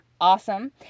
awesome